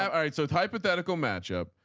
um all right so it's hypothetical matchup.